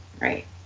right